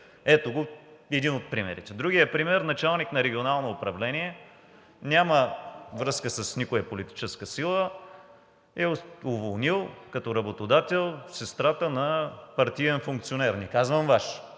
ето го един от примерите. Другият пример – началник на регионално управление, няма връзка с никоя политическа сила, е уволнил като работодател сестрата на партиен функционер. Не казвам Ваш,